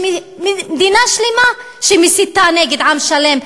מדינה שלמה שמסיתה נגד עם שלם.